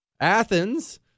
Athens